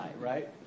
right